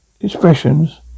expressions